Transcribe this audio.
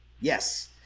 Yes